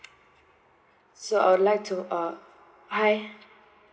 so I would like to uh hi